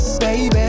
Baby